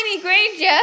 Granger